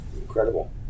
incredible